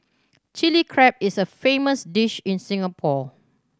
Chilli Crab is a famous dish in Singapore